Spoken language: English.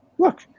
Look